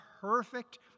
perfect